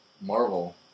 Marvel